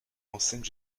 enseigne